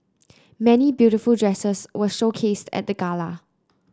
many beautiful dresses were showcased at the Gala